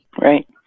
right